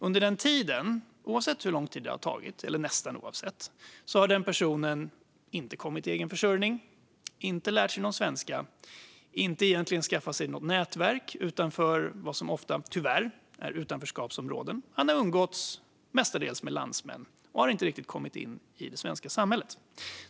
Under denna tid, nästan oavsett hur lång den är, har personen inte kommit i egen försörjning, inte lärt sig någon svenska, inte skaffat sig ett nätverk utanför vad som ofta, tyvärr, är utanförskapsområden. Personen har alltså mestadels umgåtts med landsmän och inte riktigt kommit in i det svenska samhället.